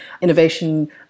innovation